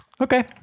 okay